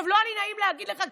לא היה לי נעים להגיד לך,